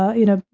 ah you know,